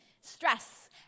stress